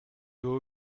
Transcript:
doit